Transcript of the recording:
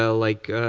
ah like,